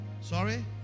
Sorry